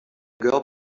girl